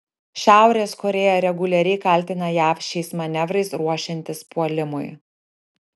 šiaurės korėja reguliariai kaltina jav šiais manevrais ruošiantis puolimui